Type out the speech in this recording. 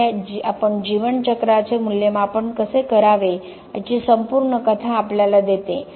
त्यामुळे आपण जीवन चक्राचे मूल्यमापन कसे करावे याची संपूर्ण कथा आपल्याला देते